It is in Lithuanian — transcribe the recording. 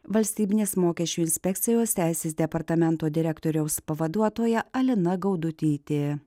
valstybinės mokesčių inspekcijos teisės departamento direktoriaus pavaduotoja alina gaudutytė